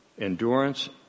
endurance